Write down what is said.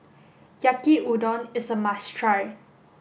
Yaki Udon is a must try